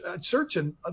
searching